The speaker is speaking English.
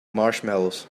marshmallows